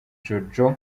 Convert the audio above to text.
jojo